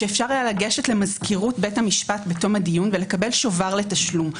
שאפשר היה לגשת למזכירות בית המשפט בתום הדיון ולקבל שובר לתשלום.